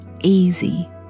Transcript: easy